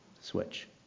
Switch